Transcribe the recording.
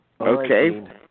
Okay